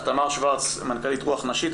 תמר שוורץ, מנכ"לית רוח נשית.